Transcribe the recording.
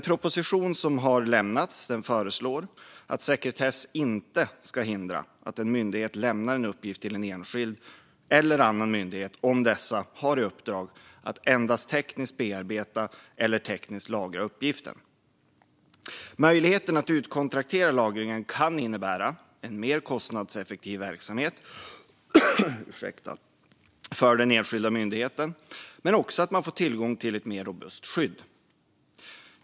Propositionen som lämnats föreslår att sekretess inte ska hindra att en myndighet lämnar en uppgift till en enskild eller en annan myndighet om dessa har i uppdrag att endast tekniskt bearbeta eller tekniskt lagra uppgiften. Möjligheten att utkontraktera lagringen kan innebära en mer kostnadseffektiv verksamhet för den enskilda myndigheten men också att man får tillgång till ett mer robust skydd.